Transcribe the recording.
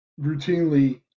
routinely